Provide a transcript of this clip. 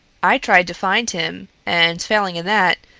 i tried to find him, and, failing in that,